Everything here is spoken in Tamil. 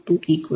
42 253